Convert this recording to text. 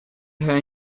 her